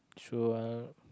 sure